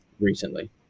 recently